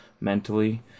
mentally